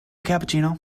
cappuccino